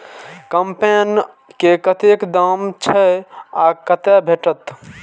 कम्पेन के कतेक दाम छै आ कतय भेटत?